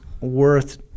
worth